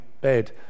bed